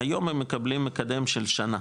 היום הם מקבלים מקדם של שנה,